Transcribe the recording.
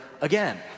again